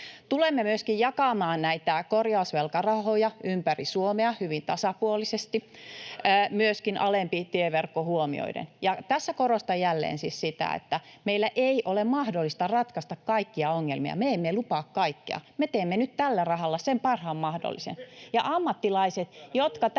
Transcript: Tulemme myöskin jakamaan näitä korjausvelkarahoja ympäri Suomea hyvin tasapuolisesti myöskin alempi tieverkko huomioiden. Ja tässä korostan jälleen siis sitä, että meidän ei ole mahdollista ratkaista kaikkia ongelmia. Me emme lupaa kaikkea. Me teemme nyt tällä rahalla sen parhaan mahdollisen,